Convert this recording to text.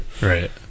Right